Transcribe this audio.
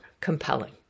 compelling